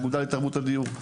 האגודה לתרבות הדיור,